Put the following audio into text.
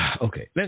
okay